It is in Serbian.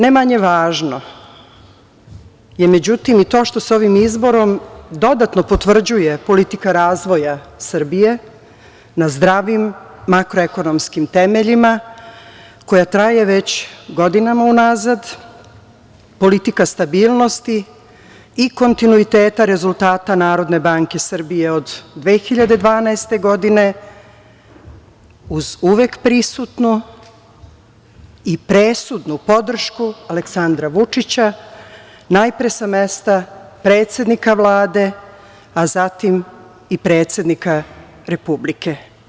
Ne manje važno je međutim i to što se ovim izborom dodatno potvrđuje politika razvoja Srbije na zdravim makroekonomskim temeljima koja traje već godinama unazad, politika stabilnosti i kontinuiteta rezultata NBS od 2012. godine uz uvek prisutnu i presudnu podršku Aleksandra Vučića najpre sa mesta predsednika Vlade, a zatim i predsednika Republike.